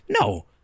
No